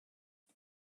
and